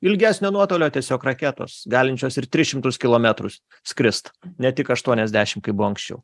ilgesnio nuotolio tiesiog raketos galinčios ir tris šimtus kilometrus skrist ne tik aštuoniasdešim kaip buvo anksčiau